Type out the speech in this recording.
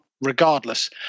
regardless